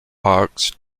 hawks